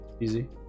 easy